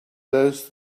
those